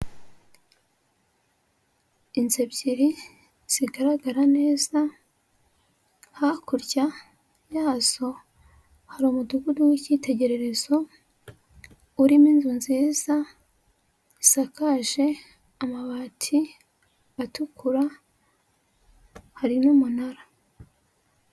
Inzu ebyiri zigaragara neza, hakurya yazo hari umudugudu w'icyitegererezo urimo inzu nziza zisakaje amabati atukura hari n'umunara.